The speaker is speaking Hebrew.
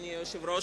אדוני היושב-ראש,